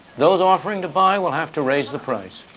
those offering to buy will have to raise the price.